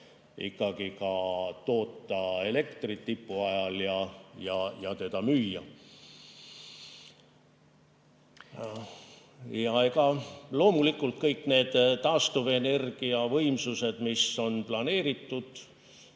ikkagi toota elektrit tipu ajal ja seda müüa. Ja loomulikult kõik need taastuvenergia võimsused, mis on planeeritud